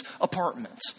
apartment